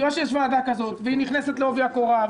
צריכה להיות ועדה כזאת שנכנסת לעובי הקורה,